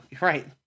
right